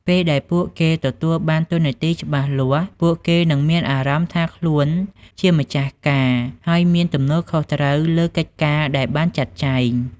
ពេលដែលពួកគេទទួលបានតួនាទីច្បាស់លាស់ ពួកគេនឹងមានអារម្មណ៍ថាខ្លួនជា ម្ចាស់ការ ហើយមាន ទំនួលខុសត្រូវ លើកិច្ចការដែលបានចាត់ចែង។